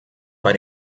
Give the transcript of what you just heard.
bei